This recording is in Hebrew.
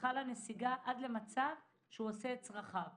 חלה נסיגה במצבו עד למצב שהוא עושה את צרכיו במכנסיים.